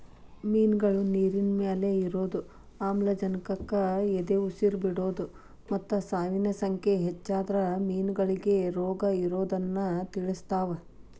ಮಿನ್ಗಳು ನೇರಿನಮ್ಯಾಲೆ ಇರೋದು, ಆಮ್ಲಜನಕಕ್ಕ ಎದಉಸಿರ್ ಬಿಡೋದು ಮತ್ತ ಸಾವಿನ ಸಂಖ್ಯೆ ಹೆಚ್ಚಾದ್ರ ಮೇನಗಳಿಗೆ ರೋಗಇರೋದನ್ನ ತಿಳಸ್ತಾವ